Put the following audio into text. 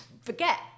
Forget